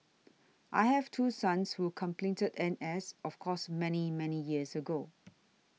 I have two sons who completed N S of course many many years ago